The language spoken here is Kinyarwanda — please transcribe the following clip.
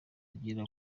agera